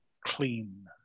Clean